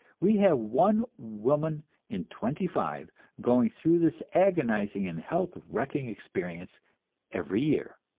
we have one woman in twenty-five going through this agonizing and health-wrecking experience every year.